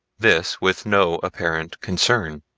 this with no apparent concern.